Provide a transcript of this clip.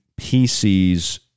PCs